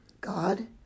God